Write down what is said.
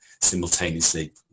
simultaneously